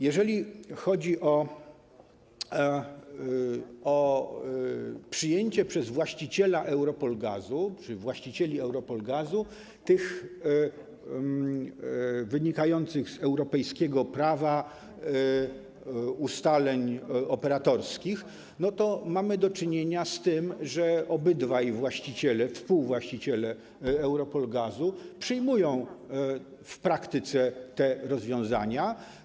Jeżeli chodzi o przyjęcie przez właściciela EuRoPol GAZ-u czy właścicieli EuRoPol GAZ-u tych wynikających z europejskiego prawa ustaleń operatorskich, to mamy do czynienia z tym, że obydwaj właściciele, współwłaściciele EuRoPol GAZ-u przyjmują w praktyce te rozwiązania.